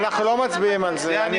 --- אנחנו לא מצביעים על זה.